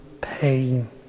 pain